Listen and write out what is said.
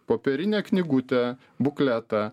popierinę knygutę bukletą